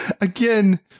again